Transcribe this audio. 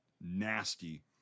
nasty